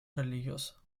religiosa